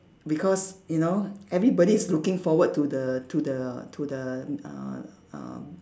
because you know everybody is looking forward to the to the to the uh um